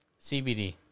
CBD